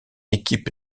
équipe